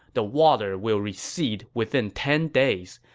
the water will recede within ten days.